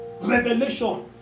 revelation